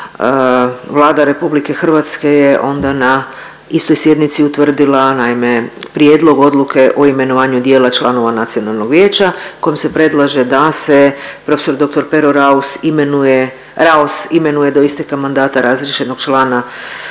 Vlada RH je onda na istoj sjednici utvrdila naime, Prijedlog odluke o imenovanju dijela članova nacionalnog vijeća kojim se predlaže da se profesor dr. Pero Raus imenuje, Raos, imenuje do isteka mandata razriješenog člana